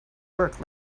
work